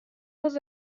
was